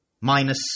Minus